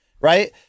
right